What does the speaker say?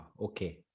okay